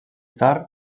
tard